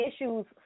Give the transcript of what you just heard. issues